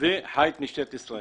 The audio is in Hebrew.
וחי את משטרת ישראל.